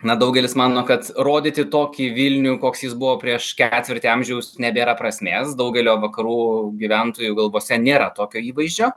na daugelis mano kad rodyti tokį vilnių koks buvo prieš ketvirtį amžiaus nebėra prasmės daugelio vakarų gyventojų galvose nėra tokio įvaizdžio